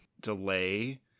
delay